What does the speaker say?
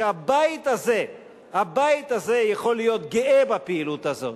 שהבית הזה יכול להיות גאה בפעילות הזאת.